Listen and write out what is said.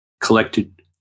collected